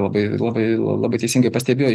labai labai labai teisingai pastebėjo